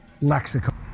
lexicon